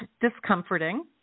discomforting